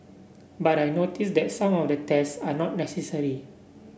but I notice that some of the tests are not necessary